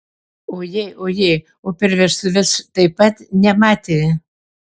ojė ojė o per vestuves taip pat nematė